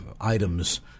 items